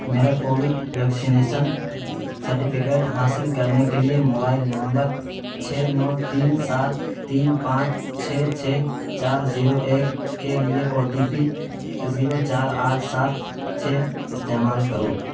میرا covid vaccination certificate حاصل کرنے کے لیے موائل نمبر چھ نو تین سات تین پانچ چھ چھ چار زیرو ایک کے لیے او ٹی پی ایک زیرو چار آٹھ سات چھ استعمال کرو